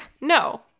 No